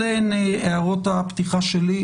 אלה הן הערות הפתיחה שלי.